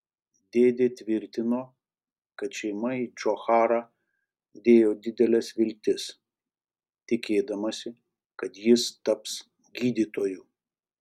dėdė tvirtino kad šeima į džocharą dėjo dideles viltis tikėdamasi kad jis taps gydytoju